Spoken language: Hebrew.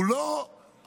הוא לא על